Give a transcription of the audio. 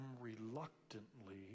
reluctantly